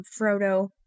Frodo